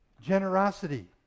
Generosity